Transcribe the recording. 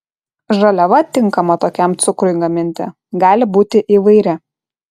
žaliava tinkama tokiam cukrui gaminti gali būti įvairi